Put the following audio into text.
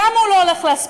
למה הוא לא הולך להספיק?